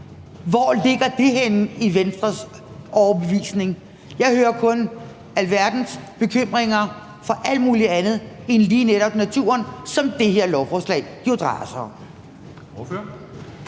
Hvor ligger det henne i Venstres overbevisning? Jeg hører kun alverdens bekymringer for alt mulig andet end lige netop naturen, som det her lovforslag jo drejer sig om. Kl.